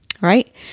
right